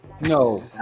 No